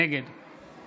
נגד